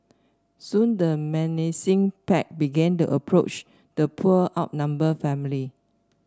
soon the menacing pack began to approach the poor outnumbered family